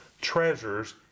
treasures